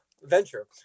venture